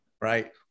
right